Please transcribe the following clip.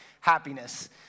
happiness